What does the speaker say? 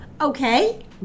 Okay